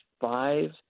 five